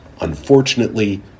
Unfortunately